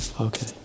Okay